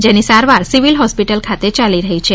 જેની સારવાર civil hospital ખાતે યાલી રહી છે